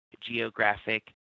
geographic